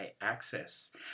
Access